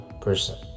person